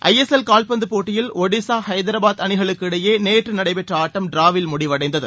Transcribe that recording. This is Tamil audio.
ஐ எஸ் எல் கால்பந்து போட்டியில் ஒடிசா ஹைதரபாத் அணிகளுக்கு இடையே நேற்று நடைபெற்ற ஆட்டம் டிராவில் முடிவடைந்தது